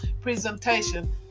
presentation